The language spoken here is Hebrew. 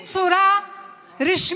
קורא בצורה רשמית